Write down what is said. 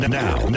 now